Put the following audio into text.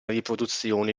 riproduzioni